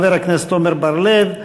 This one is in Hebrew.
חבר הכנסת עמר בר-לב.